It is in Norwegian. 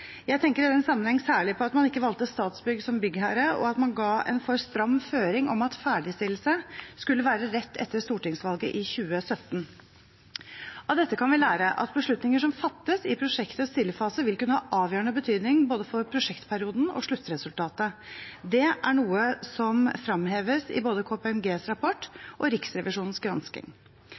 Jeg tenker i den sammenheng særlig på at man ikke valgte Statsbygg som byggherre, og at man ga en for stram føring om at ferdigstillelse skulle være rett etter stortingsvalget i 2017. Av dette kan vi lære at beslutninger som fattes i prosjektets tidligfase, vil kunne ha avgjørende betydning for både prosjektperioden og sluttresultatet. Det er noe som fremheves i både KPMGs rapport og Riksrevisjonens gransking.